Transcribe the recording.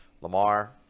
Lamar